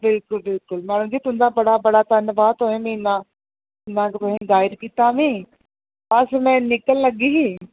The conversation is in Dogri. मैडम जी अज्ज गर्मी बी बड़ी ऐ सोचां दियां हूनै जां ते दरेआ च पैर पाइयै बैठां गर्मी बी बड़ी लग्गा दी ऐ अज्ज